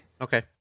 Okay